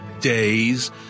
days